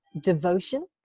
devotion